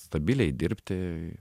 stabiliai dirbti